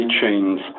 chains